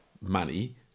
money